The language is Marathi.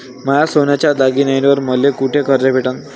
माया सोन्याच्या दागिन्यांइवर मले कुठे कर्ज भेटन?